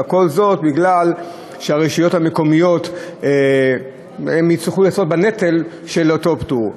וכל זאת בגלל שהרשויות המקומיות יצטרכו לשאת בנטל של אותו פטור.